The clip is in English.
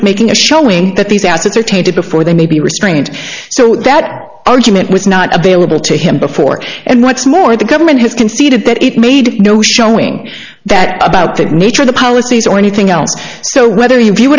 of making a showing that these assets are tainted before they may be restrained so that argument was not available to him before and what's more the government has conceded that it made no showing that about that nature the policies or anything else so whether